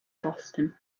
boston